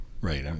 right